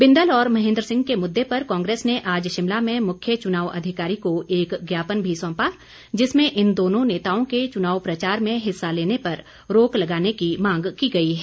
बिंदल और महेन्द्र सिंह के मुद्दे पर कांग्रेस ने आज शिमला में मुख्य चुनाव अधिकारी को एक ज्ञापन भी सौंपा जिसमें इन दोनों नेताओं के चुनाव प्रचार में हिस्सा लेने पर रोक लगाने की मांग की गई है